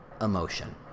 emotion